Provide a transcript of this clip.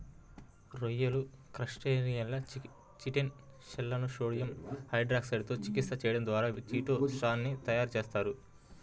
రొయ్యలు, క్రస్టేసియన్ల చిటిన్ షెల్లను సోడియం హైడ్రాక్సైడ్ తో చికిత్స చేయడం ద్వారా చిటో సాన్ ని తయారు చేస్తారు